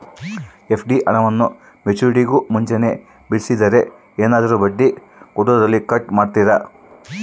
FD ಹಣವನ್ನು ಮೆಚ್ಯೂರಿಟಿಗೂ ಮುಂಚೆನೇ ಬಿಡಿಸಿದರೆ ಏನಾದರೂ ಬಡ್ಡಿ ಕೊಡೋದರಲ್ಲಿ ಕಟ್ ಮಾಡ್ತೇರಾ?